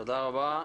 תודה רבה,